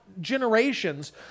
generations